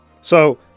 So-